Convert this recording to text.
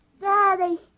Daddy